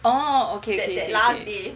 orh okay okay okay okay okay